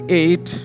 eight